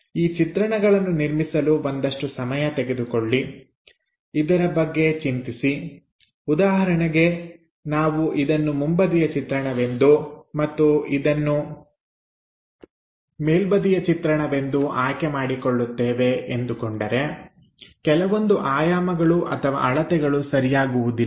ಈ ಚಿತ್ರಣಗಳನ್ನು ನಿರ್ಮಿಸಲು ಒಂದಷ್ಟು ಸಮಯ ತೆಗೆದುಕೊಳ್ಳಿ ಇದರ ಬಗ್ಗೆ ಚಿಂತಿಸಿ ಉದಾಹರಣೆಗೆ ನಾವು ಇದನ್ನು ಮುಂಬದಿಯ ಚಿತ್ರಣವೆಂದು ಮತ್ತು ಇದನ್ನು ಮೇಲ್ಬದಿಯ ಚಿತ್ರವೆಂದು ಆಯ್ಕೆ ಮಾಡಿಕೊಳ್ಳುತ್ತೇವೆ ಎಂದುಕೊಂಡರೆ ಕೆಲವೊಂದು ಆಯಾಮಗಳು ಅಥವಾ ಅಳತೆಗಳು ಸರಿಯಾಗುವುದಿಲ್ಲ